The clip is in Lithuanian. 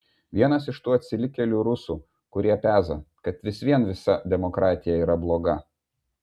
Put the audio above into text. vienas iš tų atsilikėlių rusų kurie peza kad vis vien visa demokratija yra bloga